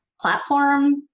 platform